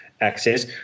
access